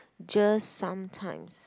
just sometimes